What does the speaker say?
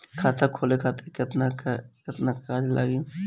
खाता खोले खातिर केतना केतना कागज लागी?